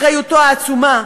אחריותו העצומה,